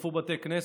שרפו בתי כנסת,